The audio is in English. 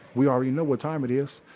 we already know what time it is.